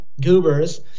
goobers